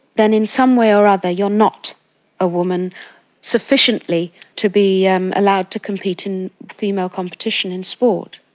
then in some way or other you're not a woman sufficiently to be um allowed to compete in female competition in sport.